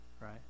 right